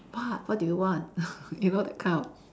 what what do you want you know that kind of